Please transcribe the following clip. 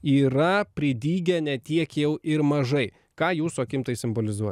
yra pridygę ne tiek jau ir mažai ką jūsų akim tai simbolizuoja